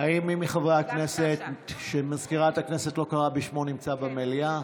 מי מחברי הכנסת שמזכירת הכנסת לא קראה בשמו נמצא במליאה?